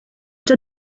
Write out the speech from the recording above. già